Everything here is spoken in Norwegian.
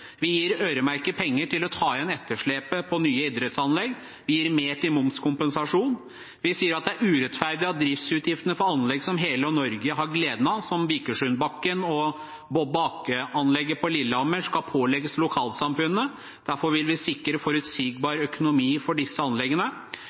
Vi gir øremerkede penger til å ta igjen etterslepet på nye idrettsanlegg. Vi gir mer til momskompensasjon. Vi sier at det er urettferdig at driftsutgiftene for anlegg som hele Norge har glede av, som Vikersundbakken og bob- og akeanlegget på Lillehammer, skal pålegges lokalsamfunnene. Derfor vil vi sikre